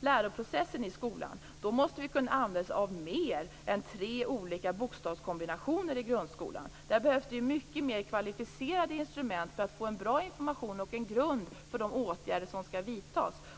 läroprocessen i grundskolan måste vi kunna använda oss av mer än tre olika bokstavskombinationer. Där behövs det mycket mer kvalificerade instrument för att ge en bra information och för att man skall få en grund för de åtgärder som skall vidtas.